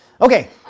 Okay